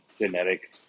genetic